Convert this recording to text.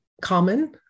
common